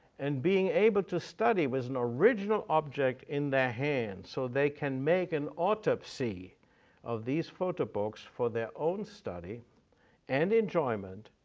and being able to study with an original object in their hand so they can make an autopsy of these photo books for their own study and enjoyment.